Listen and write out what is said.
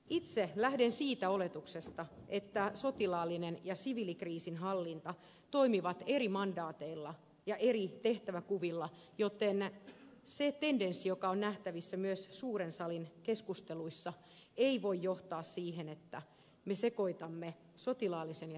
itse lähden siitä oletuksesta että sotilaallinen ja siviilikriisinhallinta toimivat eri mandaateilla ja eri tehtäväkuvilla joten se tendenssi joka on nähtävissä myös suuren salin keskusteluissa ei voi johtaa siihen että me sekoitamme sotilaallisen ja siviilikriisinhallinnan